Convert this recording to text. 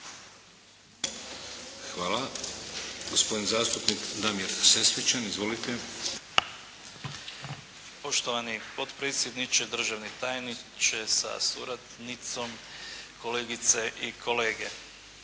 Hvala. Gospodin zastupnik Damir Sesvečan. Izvolite. **Sesvečan, Damir (HDZ)** Poštovani potpredsjedniče, državni tajniče sa suradnicom, kolegice i kolege.